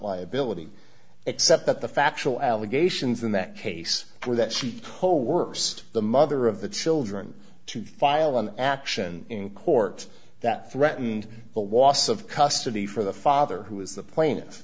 liability except that the factual allegations in that case were that she told worst the mother of the children to file an action in court that threatened but was of custody for the father who is the pla